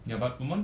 ya but 我们